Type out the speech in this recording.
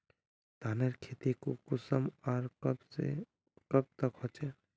धानेर खेती कुंसम आर कब से कब तक होचे?